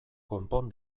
konpon